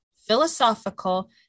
philosophical